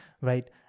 right